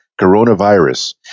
coronavirus